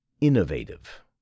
innovative